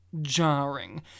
jarring